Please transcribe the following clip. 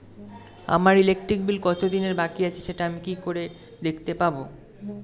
আমার electric bill কত দিনের বাকি আছে সেটা আমি কি করে দেখতে পাবো?